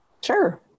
sure